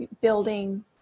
building